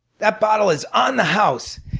that bottle is on the house!